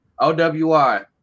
OWI